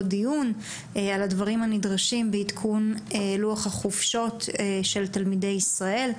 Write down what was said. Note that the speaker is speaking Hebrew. דיון על הדברים הנדרשים בעדכון לוח החופשות של תלמידי ישראל.